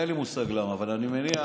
אין לי מושג למה, אבל אני מניח,